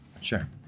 Sure